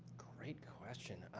great question.